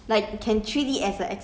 我做工还有